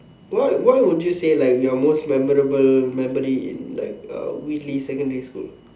what what would you say like your most memorable memory in like uh Whitley Secondary School